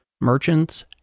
merchants